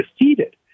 defeated